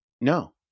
no